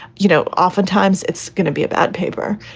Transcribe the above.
you know, oftentimes it's going to be about paper.